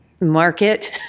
market